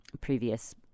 previous